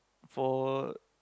for